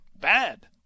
bad